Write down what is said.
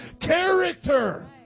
character